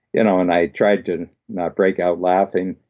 and and i tried to not break out laughing,